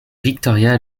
victoria